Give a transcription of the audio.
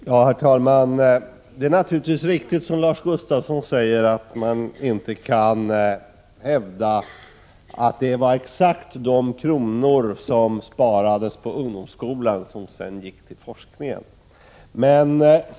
Herr talman! Det är naturligtvis riktigt som Lars Gustafsson säger att man inte kan hävda att det var exakt de kronor som sparades på ungdomsskolan som gick till forskningen.